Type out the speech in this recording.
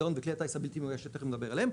הדאון וכלי הטייס הבלתי מאויש שתכף נדבר עליהם.